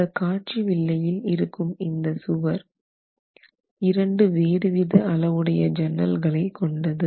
இந்த காட்சி வில்லையில் இருக்கும் இந்த சுவர் 2 வேறுவித அளவுடைய ஜன்னல்கள் கொண்டது